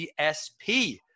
dsp